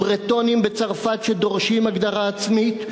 הברטונים בצרפת שדורשים הגדרה עצמית?